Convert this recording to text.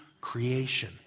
creation